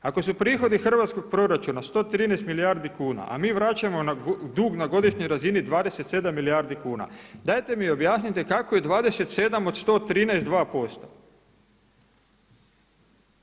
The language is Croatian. Ako su prihodi hrvatskog proračuna 113 milijardi kuna, a mi vraćamo dug na godišnjoj razini 27 milijardi kuna dajte mi objasnite kako je 27 od 113 2%